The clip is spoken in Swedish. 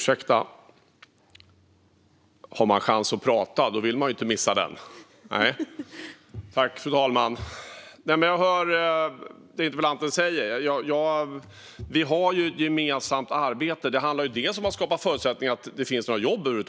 Fru talman! Jag hör vad interpellanten säger, och vi gör ett gemensamt arbete. Vi behöver först och främst skapa förutsättningar för jobb.